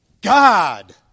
God